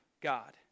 God